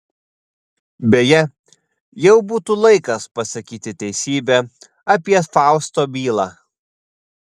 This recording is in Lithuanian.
beje jau būtų laikas pasakyti teisybę apie fausto bylą